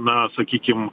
na sakykim